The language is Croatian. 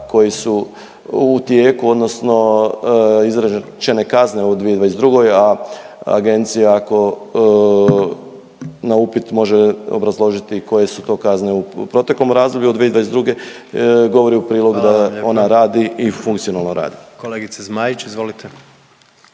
koji su u tijeku odnosno izrečene kazne u 2022., a agencija na upit može obrazložit koje su to kazne u proteklom razdoblju od 2022. govori u prilog …/Upadica predsjednik: Hvala vam lijepa./… da ona